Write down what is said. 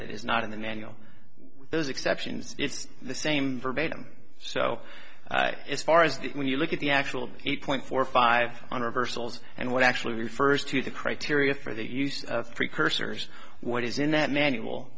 that is not in the manual those exceptions it's the same verbatim so far as the when you look at the actual eight point four five on reversals and what actually refers to the criteria for the use of precursors what is in that manual